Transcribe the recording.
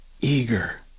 eager